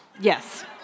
Yes